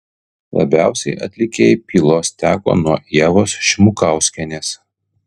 labiausiai atlikėjai pylos teko nuo ievos šimukauskienės